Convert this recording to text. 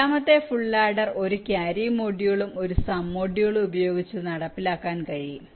രണ്ടാമത്തെ full adder ഒരു carry മൊഡ്യൂളും ഒരു സം മൊഡ്യൂളും ഉപയോഗിച്ച് നടപ്പിലാക്കാൻ കഴിയും